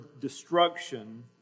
destruction